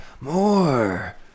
more